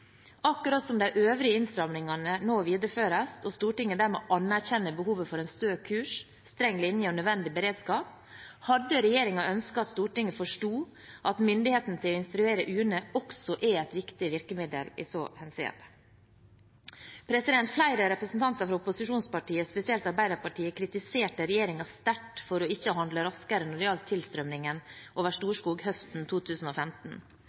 Akkurat som de øvrige innstramningene nå videreføres og Stortinget dermed anerkjenner behovet for en stø kurs, streng linje og nødvendig beredskap, hadde regjeringen ønsket at Stortinget forsto at myndigheten til å instruere UNE også er et viktig virkemiddel i så henseende. Flere representanter fra opposisjonspartiene, spesielt Arbeiderpartiet, kritiserte regjeringen sterkt for ikke å handle raskere når det gjaldt tilstrømningen over Storskog høsten 2015.